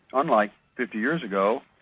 unlike fifty years ago,